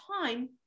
time